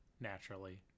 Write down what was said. naturally